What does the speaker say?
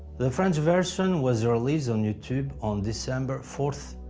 the french version was released on youtube on december fourth,